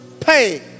pay